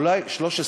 אולי, כמה?